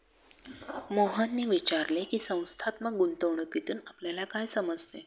मोहनने विचारले की, संस्थात्मक गुंतवणूकीतून आपल्याला काय समजते?